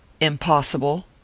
Impossible